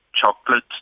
chocolate